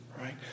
right